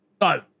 Go